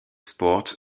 sport